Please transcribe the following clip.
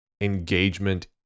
engagement